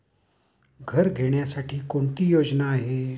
घर घेण्यासाठी कोणती योजना आहे?